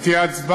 אם תהיה הצבעה,